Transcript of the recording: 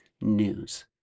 news